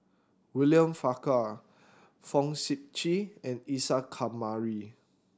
William Farquhar Fong Sip Chee and Isa Kamari